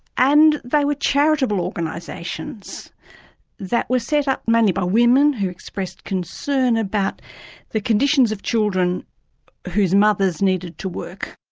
and they were charitable organisations that were set up mainly by women who expressed concern about the conditions of children whose mothers needed to work.